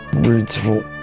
Beautiful